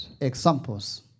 examples